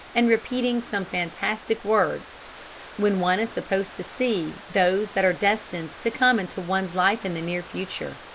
and repeating some fantastic words when one is supposed to see those that are destined to come into one's life in the near future.